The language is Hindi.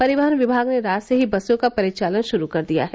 परिवहन विभाग ने रात से ही बसों का परिचालन शुरू कर दिया है